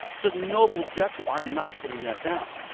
it's a noble objective i'm not putting that down.